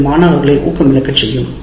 இது மாணவர்களை ஊக்கம் இழக்கச் செய்யும்